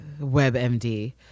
WebMD